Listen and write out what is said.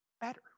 better